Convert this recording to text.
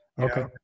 okay